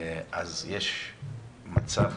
יש מצב